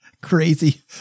Crazy